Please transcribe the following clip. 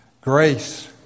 Grace